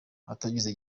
hatagize